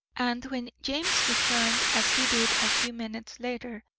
and when james returned, as he did a few minutes later,